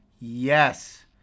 yes